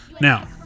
Now